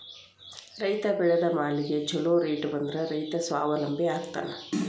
ರೈತ ಬೆಳೆದ ಮಾಲಿಗೆ ಛೊಲೊ ರೇಟ್ ಬಂದ್ರ ರೈತ ಸ್ವಾವಲಂಬಿ ಆಗ್ತಾನ